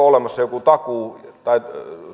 olemassa joku takuu tai